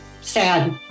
Sad